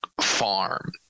farm